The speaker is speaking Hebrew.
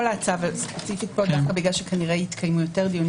דווקא בגלל שכנראה יתקיימו יותר דיונים